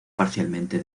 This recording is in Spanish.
parcialmente